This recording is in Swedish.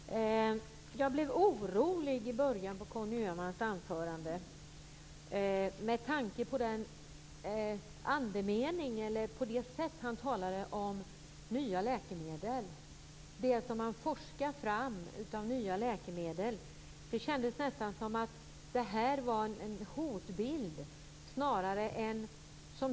Fru talman! Jag blev orolig i början av Conny Öhmans anförande med tanke på hur han talade om nya läkemedel och om det man forskar fram om nya läkemedel. Det kändes nästan som om det var en hotbild.